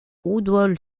woodhall